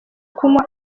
kunywa